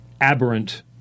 aberrant